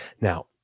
Now